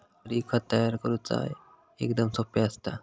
हरी, खत तयार करुचा एकदम सोप्पा असता